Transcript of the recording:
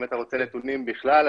אם אתה רוצה נתונים בכלל,